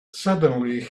suddenly